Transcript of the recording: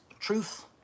Truth